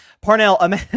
Parnell